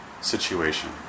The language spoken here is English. situation